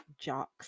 jocks